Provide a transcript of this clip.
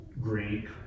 Greek